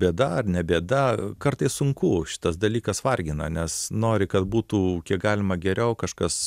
bėda ar ne bėda kartais sunku šitas dalykas vargina nes nori kad būtų kiek galima geriau kažkas